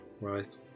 Right